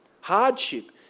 hardship